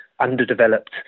underdeveloped